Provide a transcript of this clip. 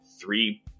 three